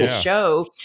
show